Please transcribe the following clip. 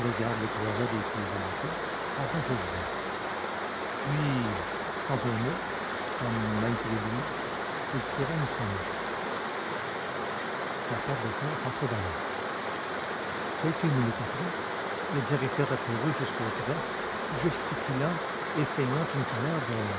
garde le toisa des pieds à la tête abasourdi puis sans un mot comme malgré lui il tira une sonnette la porte de fer s'entrebâilla quelques minutes après le directeur accourut jusqu'au greffe gesticulant et feignant une colère violente